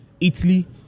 Italy